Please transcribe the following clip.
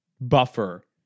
buffer